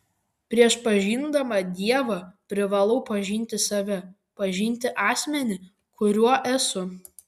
prieš pažindama dievą privalau pažinti save pažinti asmenį kuriuo esu